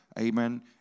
amen